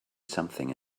something